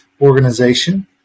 organization